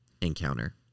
encounter